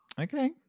Okay